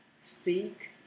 seek